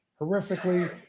horrifically